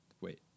Wait